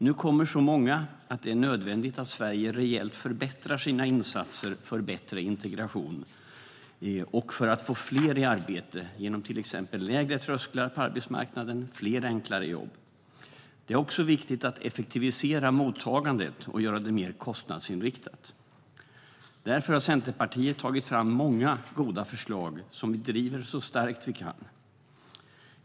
Nu kommer det så många att det är nödvändigt att Sverige rejält förbättrar sina insatser för bättre integration och för att få fler i arbete genom till exempel lägre trösklar på arbetsmarknaden och fler enklare jobb. Det är också viktigt att effektivisera mottagandet och göra det mer kostnadsinriktat. Därför har vi i Centerpartiet tagit fram många goda förslag som vi driver så starkt vi kan.